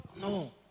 No